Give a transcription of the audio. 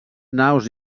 naus